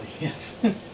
yes